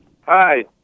Hi